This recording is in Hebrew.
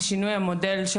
ושינוי המודל,